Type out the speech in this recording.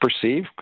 perceive